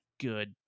good